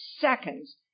seconds